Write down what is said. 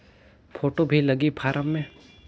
Photo भी लगी form मे?